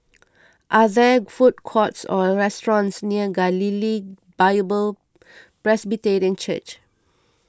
are there food courts or restaurants near Galilee Bible Presbyterian Church